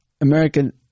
American